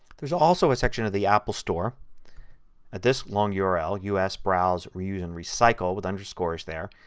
there is also a section of the apple store at this long yeah url, us browse reuse and recycle with underscores there,